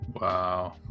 Wow